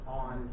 on